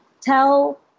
tell